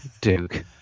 Duke